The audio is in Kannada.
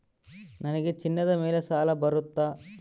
ನನಗೆ ಚಿನ್ನದ ಮೇಲೆ ಸಾಲ ಬರುತ್ತಾ?